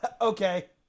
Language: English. Okay